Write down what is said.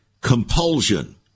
compulsion